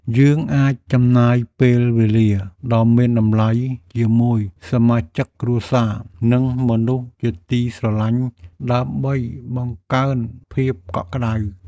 យើងអាចចំណាយពេលវេលាដ៏មានតម្លៃជាមួយសមាជិកគ្រួសារ និងមនុស្សជាទីស្រឡាញ់ដើម្បីបង្កើនភាពកក់ក្តៅ។